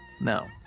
No